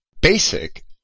basic